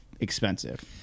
expensive